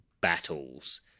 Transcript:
battles